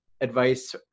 advice